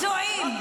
פצועים,